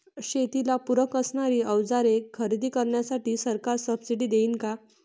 शेतीला पूरक असणारी अवजारे खरेदी करण्यासाठी सरकार सब्सिडी देईन का?